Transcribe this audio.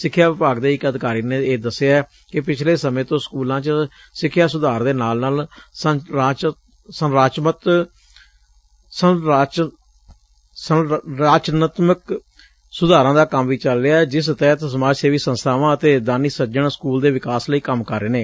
ਸਿੱਖਿਆ ਵਿਭਾਗ ਦੇ ਇਕ ਅਧਿਕਾਰੀ ਨੇ ਇਹ ਦਸਿਐ ਕਿ ਪਿਛਲੇ ਸਮੇਂ ਤੋਂ ਸਕੁਲਾਂ ਚ ਸਿਖਿਆ ਸੁਧਾਰ ਦੇ ਨਾਲ ਨਾਲ ਸੰਰਚਨਾਤਮਿਕ ਸੁਧਾਰਾਂ ਦਾ ਕੰਮ ਵੀ ਚਲ ਰਿਹੈ ਜਿਸ ਤਹਿਤ ਸਮਾਜ ਸੇਵੀ ਸੰਸਬਾਵਾਂ ਅਤੇ ਦਾਨੀ ਸੱਜਣ ਸਕੁਲਾਂ ਦੇ ਵਿਕਾਸ ਲਈ ਕੰਮ ਕਰ ਰਹੇ ਨੇ